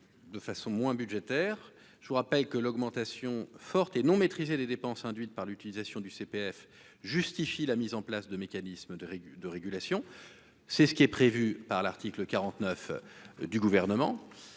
de façon moins budgétaire, je vous rappelle que l'augmentation forte et non maîtrisée, les dépenses induites par l'utilisation du CPF, justifie la mise en place de mécanismes de de régulation, c'est ce qui est prévu par l'article 49 du gouvernement